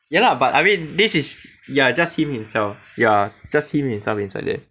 ya lah but I mean this is ya just him himself ya just him himself in some inside it there